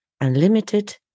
unlimited